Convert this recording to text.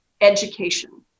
education